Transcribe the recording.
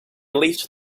leafed